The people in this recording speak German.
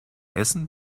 essen